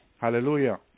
hallelujah